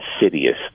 insidious